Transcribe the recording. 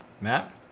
Matt